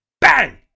bang